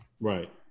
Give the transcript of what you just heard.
Right